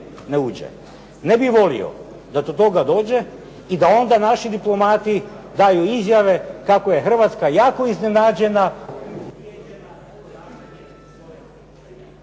Ne bih volio da do toga dođe i da onda naši diplomati da ju izjave kako je Hrvatska jako iznenađena